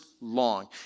long